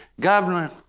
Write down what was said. Governor